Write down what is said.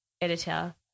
editor